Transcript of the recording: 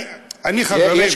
להזדהות, להגיד את הדברים.